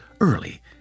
early